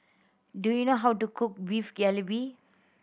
do you know how to cook Beef Galbi